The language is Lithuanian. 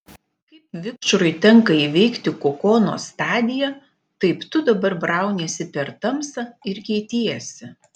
kaip vikšrui tenka įveikti kokono stadiją taip tu dabar brauniesi per tamsą ir keitiesi